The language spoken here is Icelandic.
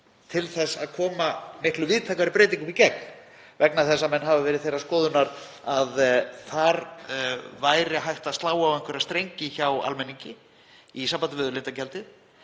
til að koma miklu víðtækari breytingum í gegn vegna þess að menn hafa verið þeirrar skoðunar að þar væri hægt að slá á einhverja strengi hjá almenningi í sambandi við auðlindagjaldið